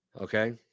Okay